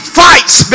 fights